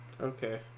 Okay